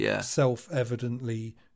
self-evidently